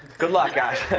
good luck, guys.